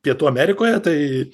pietų amerikoje tai